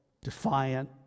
defiant